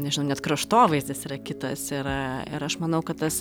nežinau net kraštovaizdis yra kitas yra ir aš manau kad tas